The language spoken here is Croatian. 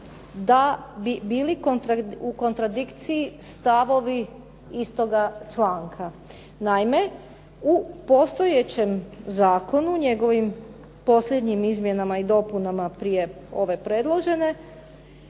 da bi bili u kontradikciji stavovi istoga članka. Naime, u postojećem zakonu njegovim posljednjim izmjenama i dopunama prije ove predložene